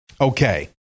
Okay